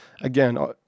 again